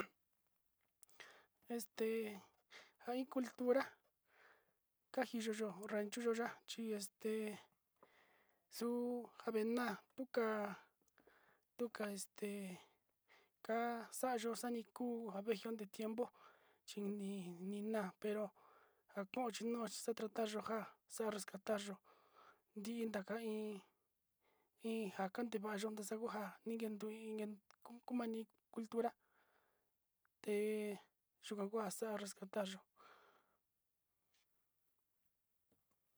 Este nja iin cultura ndajiyoyo rancho yuya chi este xuu njavina tuka, tuka este ka'a xa'a yo'o xaviko njavi kuu ke tiempo chini nina pero njako chi naxi kuu tratar xo nja xo rescatar yo'ó ndi nraka iin, iin njakan ndevayo onde xunja niken nduin kuun mani cultura, te yuka kua xa'a rescatar yo'ó.